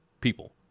people